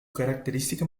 característica